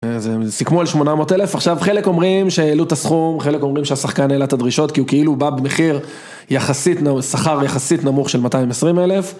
סיכמו על שמונה מאות אלף, עכשיו חלק אומרים שהעלו את הסכום, חלק אומרים שהשחקן העלה את הדרישות כי הוא בא במחיר שכר יחסית נמוך של מאתיים עשרים אלף